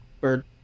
Bird